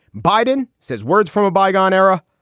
biden says words from a bygone era.